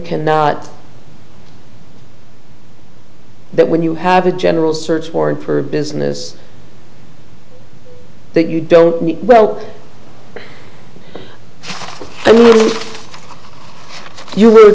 cannot that when you have a general search warrant for business that you don't well you were